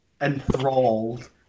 enthralled